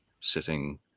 sitting